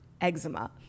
eczema